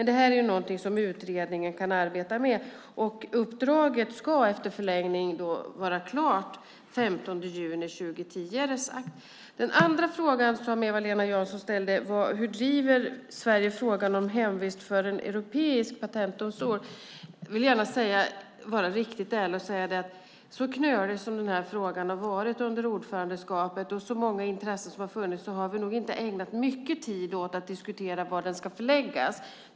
Det här är ju någonting som utredningen kan arbeta med. Uppdraget ska, efter förlängning, vara klart den 15 juni 2010 är det sagt. Den andra frågan som Eva-Lena Jansson ställde var hur Sverige driver frågan om hemvist för en europeisk patentdomstol. Jag vill gärna vara riktigt ärlig och säga att så knölig som den här frågan har varit under ordförandeskapet och så många intressen som har funnits har vi nog inte ägnat mycket tid åt att diskutera var domstolen ska förläggas.